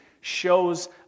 shows